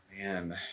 Man